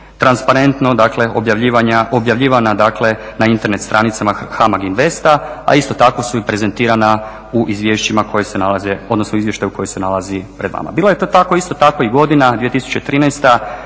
transparentno objavljivana na Internet stranicama HAMAG INVESTA, a isto tako su i prezentirana u izvješćima koja se nalaze odnosno izvještaju koji se nalazi pred vama. Bilo je to tako isto tako i godina 2013.